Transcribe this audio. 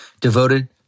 devoted